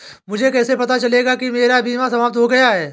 मुझे कैसे पता चलेगा कि मेरा बीमा समाप्त हो गया है?